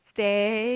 Stay